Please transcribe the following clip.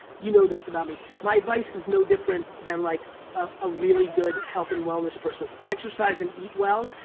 you know this about me. my advice is no different than like ah a really good health and wellness person's. exercise and eat well.